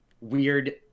weird